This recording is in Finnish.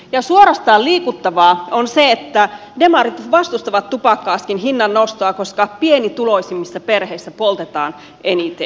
ja suorastaan liikuttavaa on se että demarit vastustavat tupakka askin hinnan nostoa koska pienituloisimmissa perheissä poltetaan eniten